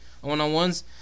one-on-ones